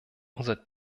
unser